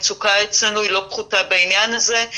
המצוקה אצלנו היא לא פחותה בעניין הזה.